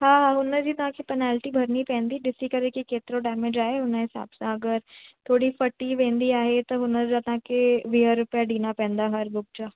हा हा हुन जी तव्हांखे पनैलिटि भरिणी पवंदी ॾिसी करे की केतिरो डैमेज आहे उन हिसाब सां अगरि थोरी फटी वेंदी आहे त हुन जा तव्हांखे वीह रुपया ॾियणा पवंदा हर बुक जा